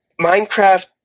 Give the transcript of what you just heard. minecraft